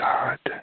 God